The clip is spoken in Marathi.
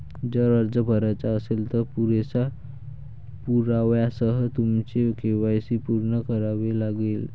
जर अर्ज भरायचा असेल, तर पुरेशा पुराव्यासह तुमचे के.वाय.सी पूर्ण करावे लागेल